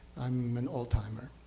i'm an old timer.